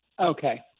Okay